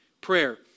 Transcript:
prayer